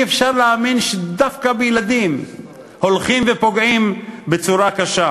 אי-אפשר להאמין שדווקא בילדים הולכים ופוגעים בצורה קשה.